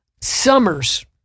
summers